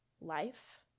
life